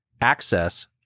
access